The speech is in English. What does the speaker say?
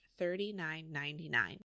$39.99